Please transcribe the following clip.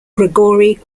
gregory